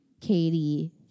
Katie